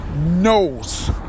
knows